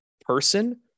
person